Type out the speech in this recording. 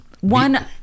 One